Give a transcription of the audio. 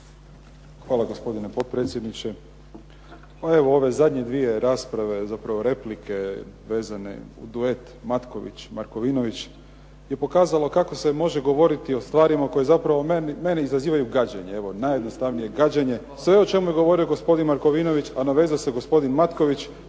Hvala gospodine potpredsjedniče. Pa evo ove zadnje dvije rasprave, zapravo replike vezane u duet Matković-Markovinović je pokazalo kako se može govoriti o stvarima koje zapravo u meni izazivaju gađenje. Evo najjednostavnije gađenje, sve o čemu je govorio gospodin Markovinović, a nadovezao se gospodin Matković